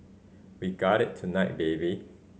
we got it tonight baby